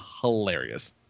hilarious